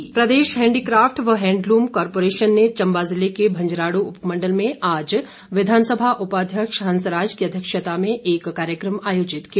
Hansraj Pradesh handicraft व handloom corporation ने चंबा ज़िले के भंजराड़ू उपमंडल में आज विधानसभा उपाध्यक्ष हंसराज की अध्यक्षता में एक कार्यक्रम आयोजित किया